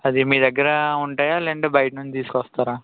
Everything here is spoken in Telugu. అది మీ దగ్గర ఉంటాయా లేదంటే బయట నుండి తీసుకొస్తారా